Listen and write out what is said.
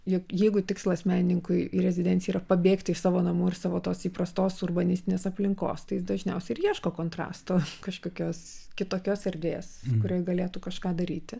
juk jeigu tikslas menininkui į rezidenciją yra pabėgti iš savo namų ir savo tos įprastos urbanistinės aplinkos tai jis dažniausiai ir ieško kontrasto kažkokios kitokios erdvės kurioj galėtų kažką daryti